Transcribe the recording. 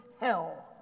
hell